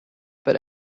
but